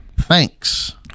thanks